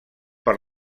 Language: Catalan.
per